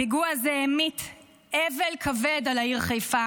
הפיגוע הזה המיט אבל כבד על העיר חיפה